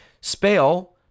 Spell